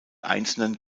einzelnen